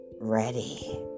ready